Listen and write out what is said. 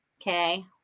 okay